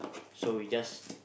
so we just